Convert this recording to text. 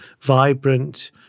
vibrant